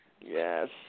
Yes